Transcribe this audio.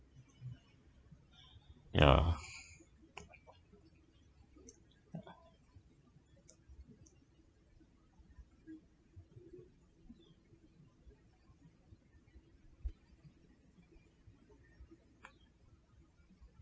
ya